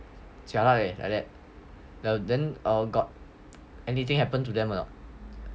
jialat leh then got anything happen to them